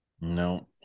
No